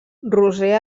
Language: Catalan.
roser